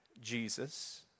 Jesus